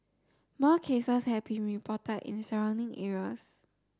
more cases have been reported in surrounding areas